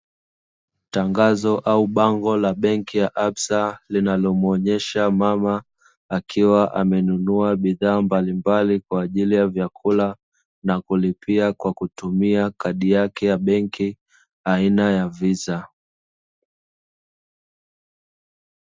Tangazo au bango la benki ya ABSA linalomuonyesha mama akiwa amenunua bidhaa mbalimbali, kwa ajili ya vyakula na kulipia kwa kutumia kadi yake ya benki aina ya "VISA".